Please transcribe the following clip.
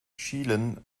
schielen